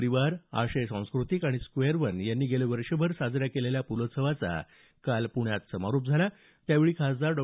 परिवार आशय सांस्कृतिक आणि स्क्वेअर वन यांनी गेले वर्षभर साजऱ्या केलेल्या पुलोत्सवाचा काल पृण्यात समारोप झाला त्यावेळी खासदार डॉ